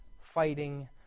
fighting